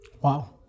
Wow